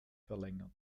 verlängert